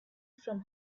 from